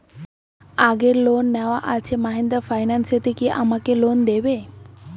আগের লোন নেওয়া আছে মাহিন্দ্রা ফাইন্যান্স কি আমাকে লোন দেবে?